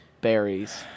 berries